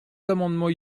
amendements